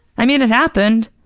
i mean, it happened.